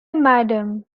madam